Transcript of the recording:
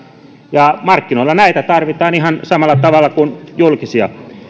ja markkinoilla näitä tarvitaan ihan samalla tavalla kuin julkisia